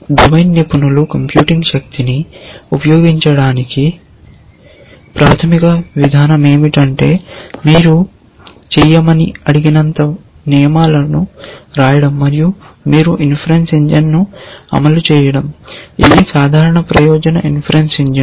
domain నిపుణులు computing శక్తిని ఉపయోగించడానికి ప్రాథమిక విధానం ఏమిటంటే మీరు చేయమని అడిగినదంతా నియమాలను వ్రాయడం మరియు మీరు ఇన్ఫరన్స ఇంజిన్ను అమలు చేయడం ఇది సాధారణ ప్రయోజన ఇన్ఫరన్స ఇంజిన్